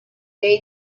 gay